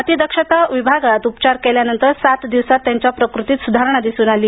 अतिदक्षता विभागात उपचार केल्यानंतर सात दिवसात त्यांच्या प्रकृतीत सुधारणा दिसुन आली